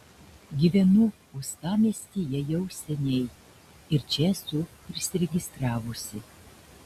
gyvenu uostamiestyje jau seniai ir čia esu prisiregistravusi